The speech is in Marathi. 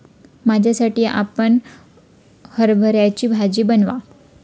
माझ्यासाठी आपण हरभऱ्याची भाजी बनवा